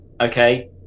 okay